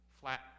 flat